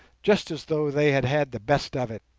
just as though they had had the best of it